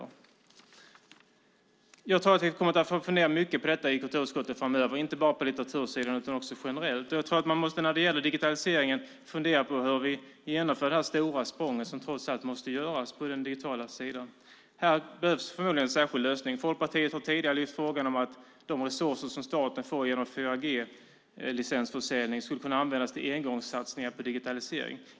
Jag tror att vi kommer att få fundera mycket på detta i kulturutskottet framöver, inte bara på litteratursidan utan också generellt. Jag tror att man när det gäller digitaliseringen måste fundera på hur vi genomför det stora språng som trots allt måste göras på den digitala sidan. Här behövs förmodligen en särskild lösning. Folkpartiet har tidigare lyft fram frågan att de resurser som staten får genom 4G-licensförsäljning skulle kunna användas till engångssatsningar på digitalisering.